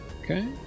Okay